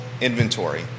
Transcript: inventory